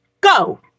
go